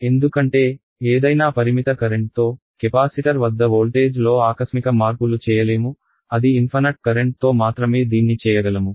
ఎందుకంటే ఏదైనా పరిమిత కరెంట్తో కెపాసిటర్ వద్ద వోల్టేజ్లో ఆకస్మిక మార్పులు చేయలేము అది అనంతమైన కరెంట్తో మాత్రమే దీన్ని చేయగలము